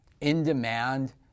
in-demand